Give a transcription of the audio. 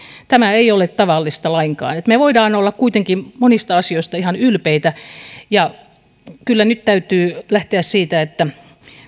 tämä ei ole tavallista lainkaan eli me voimme olla kuitenkin monista asioista ihan ylpeitä ja kyllä nyt täytyy lähteä siitä että